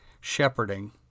shepherding